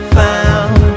found